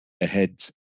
ahead